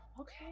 Okay